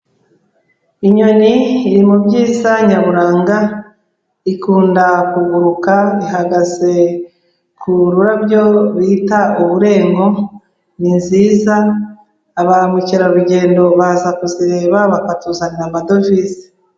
Inyoni iri mu byiza nyaburanga, ikunda kuguruka, ihagaze ku rurabyo bita uburengo ni nziza, abamukerarugendo baza kuzireba bakatuzanira amadovize.